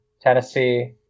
Tennessee